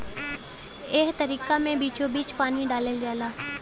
एह तरीका मे बीचोबीच पानी डालल जाला